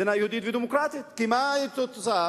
מדינה יהודית ודמוקרטית, כי מה תהיה התוצאה,